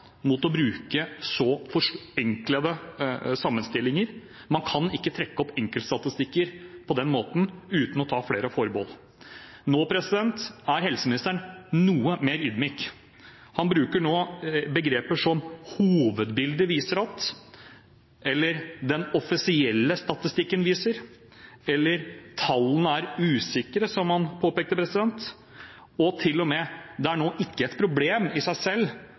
mot å bruke så forenklede sammenstillinger. Man kan ikke trekke opp enkeltstatistikker på den måten uten å ta flere forbehold. Nå er helseministeren noe mer ydmyk. Han bruker andre begreper og sier f.eks. at hovedbildet viser, at den offisielle statistikken viser, og at tallene er usikre, som han påpekte. Han sier til og med at det ikke er et problem i seg selv